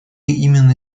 именно